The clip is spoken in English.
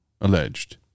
Alleged